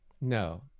No